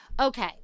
Okay